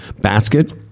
basket